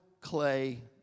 clay